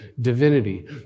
divinity